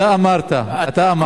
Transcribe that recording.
אתה אמרת, אתה אמרת.